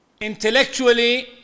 Intellectually